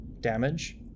damage